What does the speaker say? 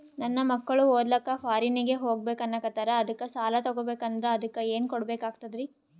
ನನ್ನ ಮಕ್ಕಳು ಓದ್ಲಕ್ಕ ಫಾರಿನ್ನಿಗೆ ಹೋಗ್ಬಕ ಅನ್ನಕತ್ತರ, ಅದಕ್ಕ ಸಾಲ ತೊಗೊಬಕಂದ್ರ ಅದಕ್ಕ ಏನ್ ಕೊಡಬೇಕಾಗ್ತದ್ರಿ?